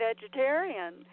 vegetarian